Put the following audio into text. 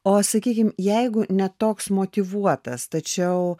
o sakykim jeigu ne toks motyvuotas tačiau